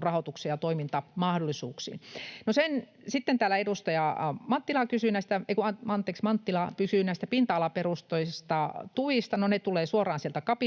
rahoitukseen ja toimintamahdollisuuksiin. No sitten täällä edustaja Marttila kysyi näistä pinta-alaperusteisista tuista. No ne tulevat suoraan sieltä CAPista,